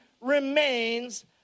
remains